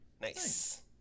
Nice